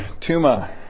Tuma